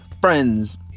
friends